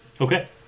okay